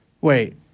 Wait